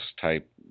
type